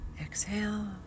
Exhale